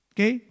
Okay